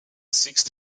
sixth